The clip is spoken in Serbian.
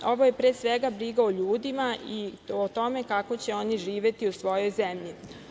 Ovo je pre svega briga o ljudima i o tome kako će oni živeti u svojoj zemlji.